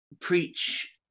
preach